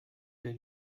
der